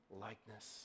likeness